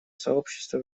сообщества